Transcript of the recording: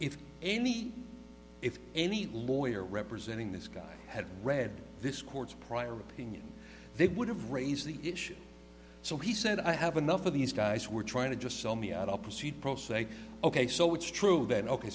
if any if any lawyer representing this guy had read this court's prior opinion they would have raised the issue so he said i have enough of these guys were trying to just sell me out i'll proceed pro se ok so it's true that ok